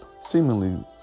seemingly